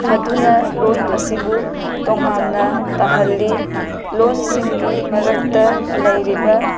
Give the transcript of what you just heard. ꯃꯗꯨꯅ ꯂꯣꯟ ꯑꯁꯤꯕꯨ ꯇꯣꯉꯥꯟꯅ ꯇꯥꯍꯜꯂꯤ ꯂꯣꯟꯁꯤꯡꯒꯤ ꯃꯔꯛꯇ ꯂꯩꯔꯤꯕ